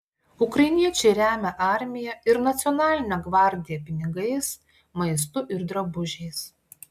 ukrainiečiai remia armiją ir nacionalinę gvardiją pinigais maistu ir drabužiais